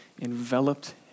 enveloped